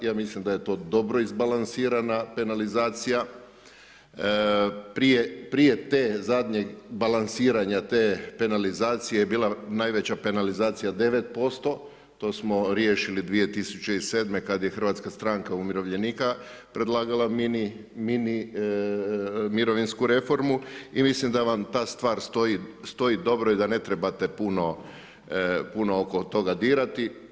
Ja mislim da je to dobro izbalansirana penalizacija, prije te zadnje balansiranja te penalizacije je bila najveća penalizacija 9%, to smo riješili 2007. kad je Hrvatska stranka umirovljenika predlagala mini mirovinsku reformu i mislim da vam ta stvar stoji dobro i da ne trebate puno oko toga dirati.